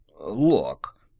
Look